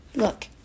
Look